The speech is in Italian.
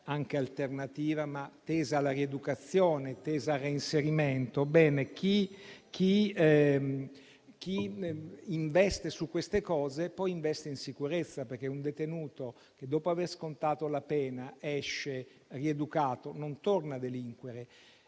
anche alternativa, ma tesa alla rieducazione e al reinserimento. Ebbene, chi investe su queste cose poi investe in sicurezza, perché un detenuto che, dopo aver scontato la pena, esce rieducato non torna a delinquere.